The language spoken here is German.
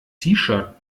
shirt